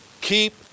Keep